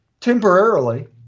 Temporarily